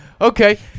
Okay